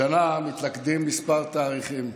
השנה מתלכדים כמה תאריכים.